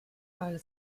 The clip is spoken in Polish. ale